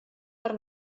per